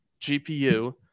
GPU